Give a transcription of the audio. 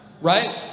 Right